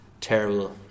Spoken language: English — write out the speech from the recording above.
terrible